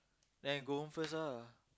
then I go home first ah